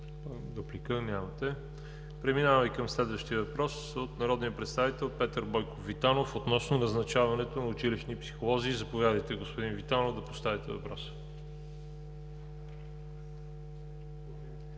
Дуплика? Нямате. Преминаваме към следващия въпрос от народния представител Петър Бойков Витанов относно назначаването на училищни психолози. Заповядайте, господин Витанов, да поставите въпроса.